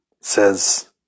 says